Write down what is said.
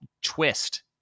twist